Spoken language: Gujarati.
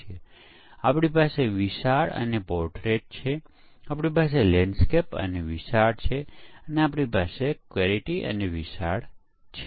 અને આપણને માત્ર એક નિષ્ફળતા મળે જે દર્શાવે છે કે કોઈક ભૂલો છે જે નિષ્ફળતાનું કારણ બને છે